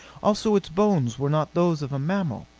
also its bones were not those of a mammal,